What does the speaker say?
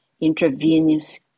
intravenous